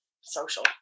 social